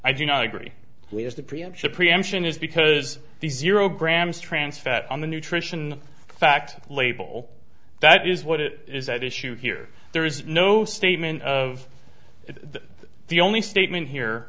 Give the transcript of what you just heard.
i do not agree with the preemption preemption is because the zero grams trans fat on the nutrition facts label that is what it is at issue here there is no statement of that the only statement here